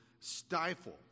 stifle